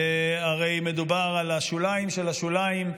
הרי מדובר על השוליים של השוליים,